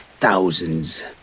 Thousands